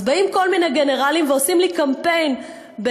אז באים כל מיני גנרלים ועושים לי קמפיין בכל